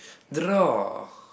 draw